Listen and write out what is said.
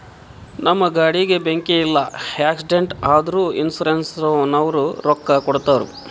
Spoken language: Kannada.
ನಮ್ ಗಾಡಿಗ ಬೆಂಕಿ ಇಲ್ಲ ಆಕ್ಸಿಡೆಂಟ್ ಆದುರ ಇನ್ಸೂರೆನ್ಸನವ್ರು ರೊಕ್ಕಾ ಕೊಡ್ತಾರ್